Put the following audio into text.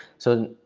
so,